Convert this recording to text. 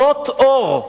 שנות אור,